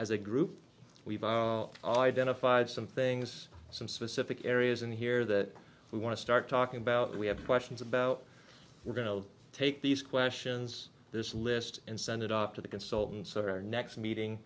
as a group we've identified some things some specific areas in here that we want to start talking about we have questions about we're going to take these questions this list and send it up to the consultants our next meeting